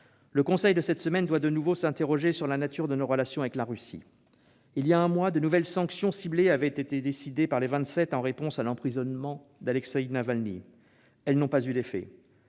le Conseil de cette semaine doit de nouveau s'interroger sur la nature de nos relations avec la Russie. Il y a un mois, de nouvelles sanctions ciblées avaient été décidées par les Vingt-Sept en réponse à l'emprisonnement d'Alexeï Navalny. Elles n'ont pas eu d'effets.